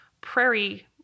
prairie